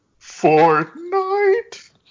Fortnite